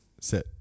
sit